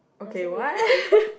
doesn't ah